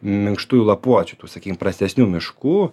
minkštųjų lapuočių tų sakykim prastesnių miškų